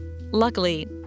Luckily